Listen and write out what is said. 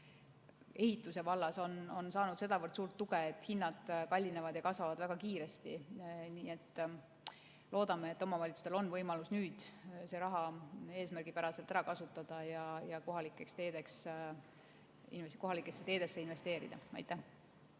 ehituse vallas saanud sedavõrd suurt tuge, et hinnad kallinevad väga kiiresti. Loodame, et omavalitsustel on võimalus nüüd see raha eesmärgipäraselt ära kasutada ja kohalikesse teedesse investeerida. Aitäh!